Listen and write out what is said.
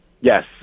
yes